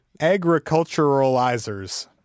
agriculturalizers